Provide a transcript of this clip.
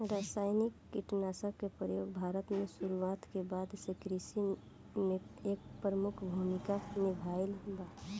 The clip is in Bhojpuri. रासायनिक कीटनाशक के प्रयोग भारत में शुरुआत के बाद से कृषि में एक प्रमुख भूमिका निभाइले बा